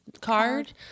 card